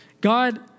God